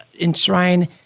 enshrine